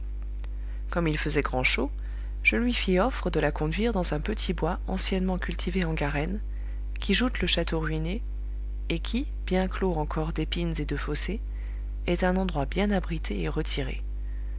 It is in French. comme il faisait grand chaud je lui fis offre de la conduire dans un petit bois anciennement cultivé en garenne qui joute le château ruiné et qui bien clos encore d'épines et de fossés est un endroit bien abrité et retiré